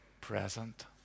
present